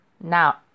now